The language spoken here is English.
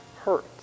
hurt